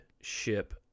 ship